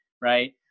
right